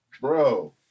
Bro